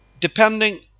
depending